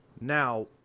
Now